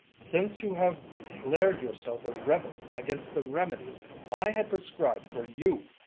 since you have declared yourself a rebel against the remedies i had prescribed for you.